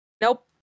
Nope